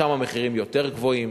שם המחירים יותר גבוהים.